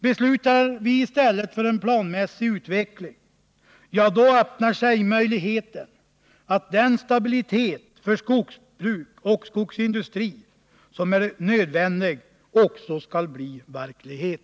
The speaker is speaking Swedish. Beslutar vi i stället för en planmässig utveckling, då öppnar sig möjligheten att den stabilitet som är nödvändig för skogsbruk och skogsindustri också kan bli verklighet.